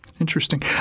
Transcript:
Interesting